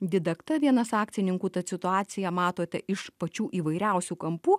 didakta vienas akcininkų tad situaciją matote iš pačių įvairiausių kampų